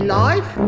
life